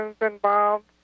involved